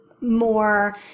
more